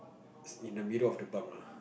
in the middle of the bunk ah